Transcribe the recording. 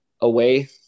away